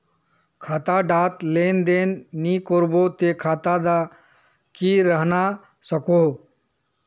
खाता डात लेन देन नि करबो ते खाता दा की रहना सकोहो?